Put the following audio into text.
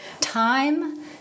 time